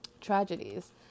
tragedies